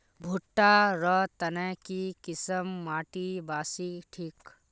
भुट्टा र तने की किसम माटी बासी ठिक?